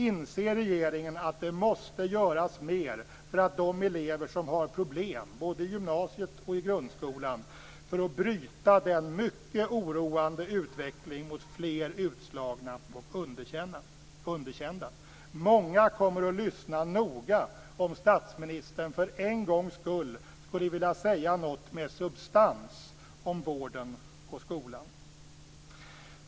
Inser regeringen att det måste göras mer för de elever som har problem, både i gymnasiet och i grundskolan, för att bryta den mycket oroande utvecklingen mot fler utslagna och underkända? Många kommer att lyssna noga om statsministern för en gångs skull skulle vilja säga något med substans om vården och skolan.